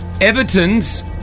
Everton's